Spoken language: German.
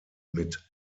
mit